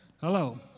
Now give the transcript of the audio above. Hello